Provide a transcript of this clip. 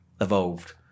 evolved